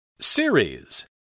Series